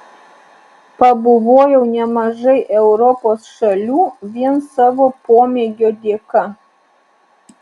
pabuvojau nemažai europos šalių vien savo pomėgio dėka